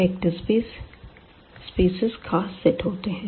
vector spaces खास set होते हैं